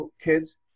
kids